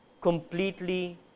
completely